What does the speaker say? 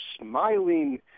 smiling